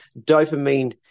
dopamine